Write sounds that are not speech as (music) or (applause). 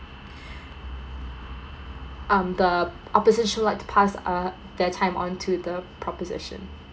(breath) um the opposition would like to pass uh their time on to the proposition